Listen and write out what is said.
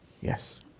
Yes